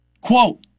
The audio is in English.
Quote